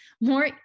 more